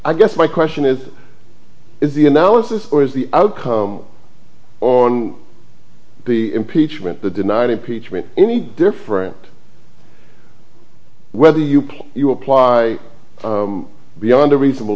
i guess my question is is the analysis or is the outcome or the impeachment the denied impeachment any different whether you you apply beyond a reasonable